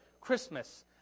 Christmas